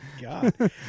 God